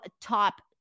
top